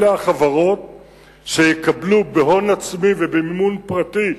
אלה החברות שיקבלו, בהון עצמי ובמימון פרטי.